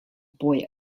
boy